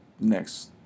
next